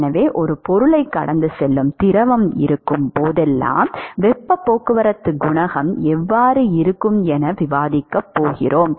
எனவே ஒரு பொருளைக் கடந்து செல்லும் திரவம் இருக்கும் போதெல்லாம் வெப்பப் போக்குவரத்து குணகம் எவ்வாறு இருக்கும் என விவாதிக்கப் போகிறோம்